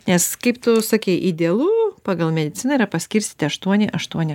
nes kaip tu sakei idealu pagal mediciną yra paskirstyti aštuoni aštuoni